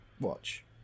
watch